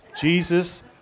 Jesus